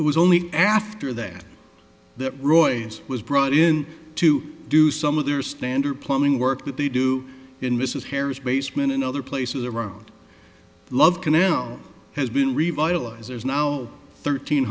it was only after that that roy was brought in to do some of their standard plumbing work with the do in mrs harris basement and other places around love canal has been revitalized there's now thirteen